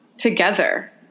Together